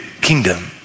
kingdom